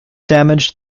damaged